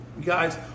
Guys